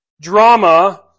Drama